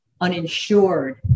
uninsured